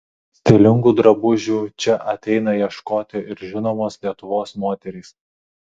stilingų drabužių čia ateina ieškoti ir žinomos lietuvos moterys